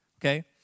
okay